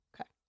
Okay